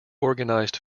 organised